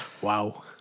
wow